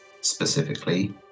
specifically